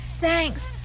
Thanks